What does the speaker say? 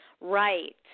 Right